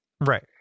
Right